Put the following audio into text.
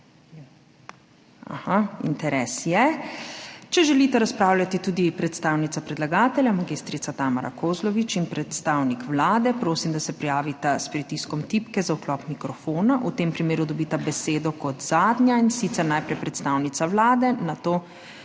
Aha, interes je. Če želita razpravljati tudi predstavnica predlagatelja mag. Tamara Kozlovič in predstavnik Vlade, prosim, da se prijavita s pritiskom tipke za vklop mikrofona. V tem primeru dobita besedo kot zadnja, in sicer najprej predstavnik Vlade in nato